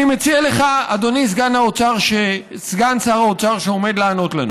אני מציע לך, סגן שר האוצר, שעומד לענות לנו